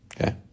Okay